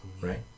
Right